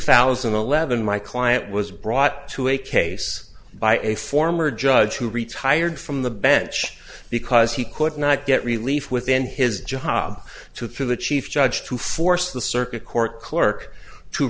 thousand and eleven my client was brought to a case by a former judge who retired from the bench because he could not get relief within his job to through the chief judge to force the circuit court clerk to